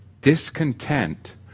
Discontent